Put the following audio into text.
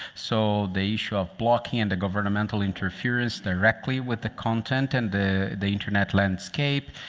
so the issue of blocking and the governmental interference directly with the content. and the the internet landscape.